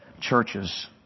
churches